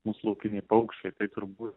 mūsų laukiniai paukščiai tai turbūt